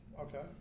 Okay